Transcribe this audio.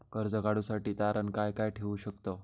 कर्ज काढूसाठी तारण काय काय ठेवू शकतव?